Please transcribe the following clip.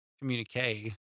communique